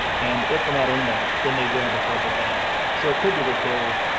and if they're not in there, then they go into the purple band so it could be that there.